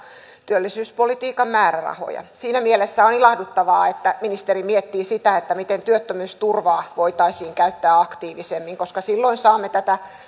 työllisyyspolitiikan määrärahoja siinä mielessä on ilahduttavaa että ministeri miettii sitä miten työttömyysturvaa voitaisiin käyttää aktiivisemmin koska silloin saamme tätä